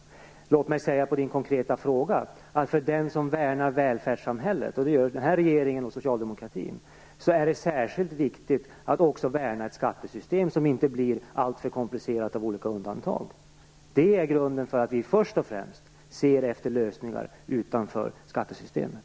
Rent konkret är det särskilt viktigt för den som värnar om välfärdssamhället - och det gör den här regeringen och socialdemokraterna - att också värna om ett skattesystem så att det inte blir alltför komplicerat genom olika undantag. Det är grunden för att vi först och främst letar efter lösningar utanför skattesystemet.